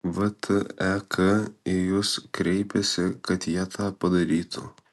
vtek į jus kreipėsi kad jie tą padarytų